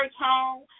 home